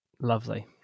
lovely